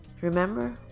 Remember